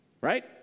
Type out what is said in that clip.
right